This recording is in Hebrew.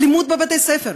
אלימות בבתי-ספר,